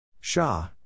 Shah